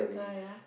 ah yeah